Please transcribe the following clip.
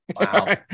Wow